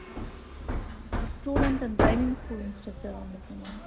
ah student and driving school instructor வந்திருக்கேன் ma'am